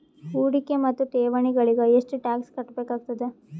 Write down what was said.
ಹೂಡಿಕೆ ಮತ್ತು ಠೇವಣಿಗಳಿಗ ಎಷ್ಟ ಟಾಕ್ಸ್ ಕಟ್ಟಬೇಕಾಗತದ?